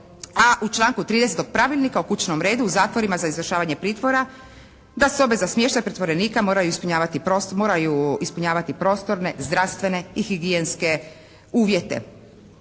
A u članku 30. tog pravilnika o kućnom redu u zatvorima za izvršavanje pritvora, da sobe za smještaj pritvorenika moraju ispunjavati prostorne, zdravstvene i higijenske uvjete.